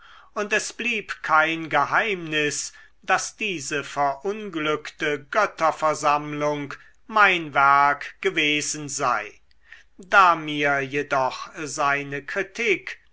und es blieb kein geheimnis daß diese verunglückte götterversammlung mein werk gewesen sei da mir jedoch seine kritik